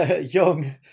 young